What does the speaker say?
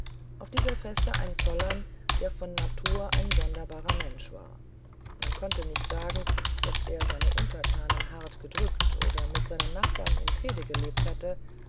auf dieser feste ein zollern der von natur ein sonderbarer mensch war man konnte nicht sagen daß er seine untertanen hart gedrückt oder mit seinen nachbarn in fehde gelebt hätte